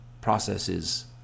processes